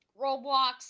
roblox